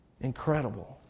Incredible